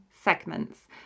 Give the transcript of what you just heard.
segments